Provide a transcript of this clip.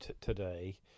today